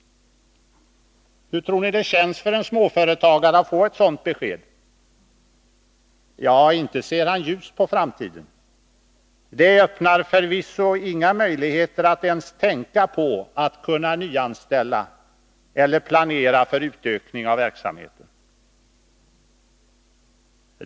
Hur tror ni det känns för en småföretagare att få ett sådant besked? Inte ser han ljust på framtiden. Det öppnar inga möjligheter att ens tänka på att kunna nyanställa eller planera utökning av verksamheten.